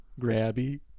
grabby